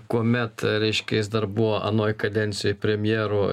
kuomet reiškia jis dar buvo anoj kadencijoj premjeru